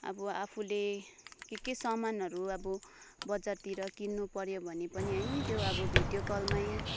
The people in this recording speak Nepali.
अब आफूले के के सामानहरू अब बजारतिर किन्नु पऱ्यो भने पनि है त्यो अब भिडियो कलमै